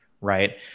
right